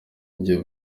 ibyo